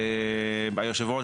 יושב הראש,